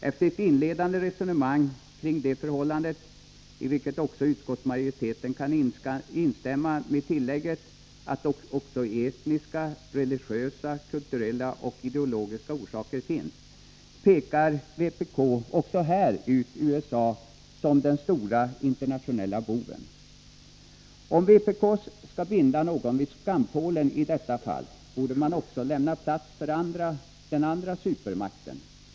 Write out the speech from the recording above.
Efter ett inledande resonemang om detta förhållande, i vilket också utskottsmajoriteten kan instämma med tillägget att också etniska, religiösa, kulturella och ideologiska orsaker finns, pekar vpk också här ut USA som den stora internationella boven. Om vpk skall binda någon vid skampålen i detta fall, borde vpk också lämna plats för den andra supermakten.